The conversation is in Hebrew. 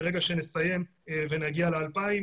ברגע שנסיים ונגיע ל-2,000,